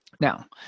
Now